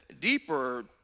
deeper